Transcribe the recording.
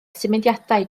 symudiadau